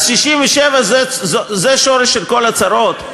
אז 67' זה השורש של כל הצרות?